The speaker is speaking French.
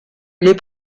les